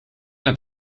naar